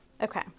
okay